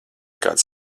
kāds